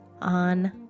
on